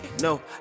No